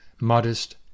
modest